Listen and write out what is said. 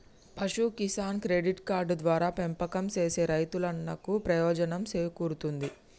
పశు Kisan credit card ద్వారా పెంపకం సేసే రైతన్నలకు ప్రయోజనం సేకూరుతుంది